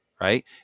Right